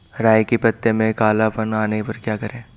राई के पत्तों में काला पन आने पर क्या करें?